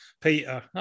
Peter